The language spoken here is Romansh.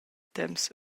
temps